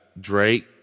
Drake